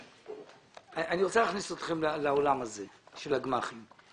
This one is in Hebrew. אני רוצה להכניס אתכם לעולם הזה של הגמ"חים.